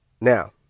Now